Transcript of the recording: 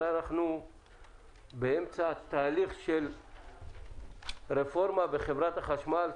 הרי אנחנו באמצע תהליך של רפורמה בחברת החשמל,